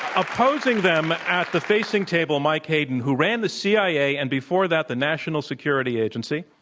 opposing them at the facing table, mike hayden, who ran the cia and before that, the national security agency